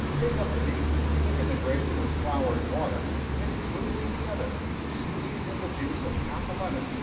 take up the meat, thicken the gravy with flour and water, mixed smoothly together, squeeze in the juice of half a lemon,